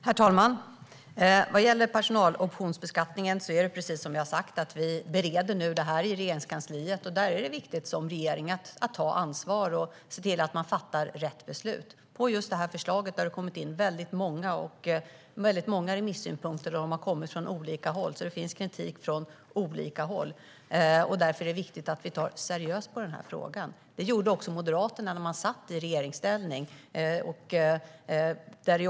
Herr talman! Vad gäller personaloptionsbeskattningen är det precis som jag har sagt: Vi bereder nu detta i Regeringskansliet. Det är viktigt för regeringen att ta ansvar och se till att man fattar rätt beslut. På just det här förslaget har det kommit in väldigt många remissynpunkter. De har kommit från olika håll, så det finns kritik från olika håll. Därför är det viktigt att vi tar frågan på allvar. Det gjorde också Moderaterna när de satt i regeringsställning.